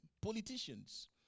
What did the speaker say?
Politicians